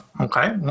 Okay